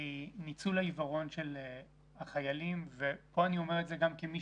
ניצול העיוורון של החיילים וכאן אני אומר את זה כמי